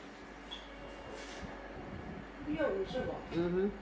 mmhmm